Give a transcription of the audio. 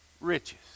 riches